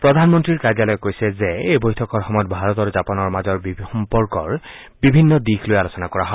প্ৰধানমন্ত্ৰীৰ কাৰ্য্যালয়ে কৈছে যে এই বৈঠকৰ সময়ত ভাৰত আৰু জাপানৰ মাজৰ সম্পৰ্কৰ বিভিন্ন দিশ লৈ আলোচনা কৰা হয়